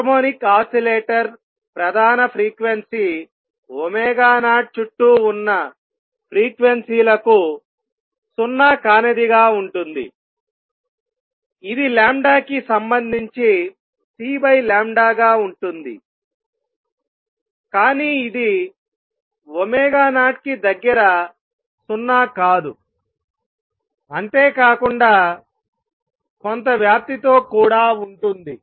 harmonic oscillator ప్రధాన frequency 0 చుట్టూ ఉన్న ఫ్రీక్వెన్సీ లకు సున్నా కానిది గా ఉంటుంది ఇది కి సంబంధించి cగా ఉంటుంది కానీ ఇది 0 కి దగ్గర సున్నా కాదు అంతేకాకుండా కొంత వ్యాప్తితో కూడా ఉంటుంది